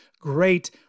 Great